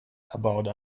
about